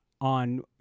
on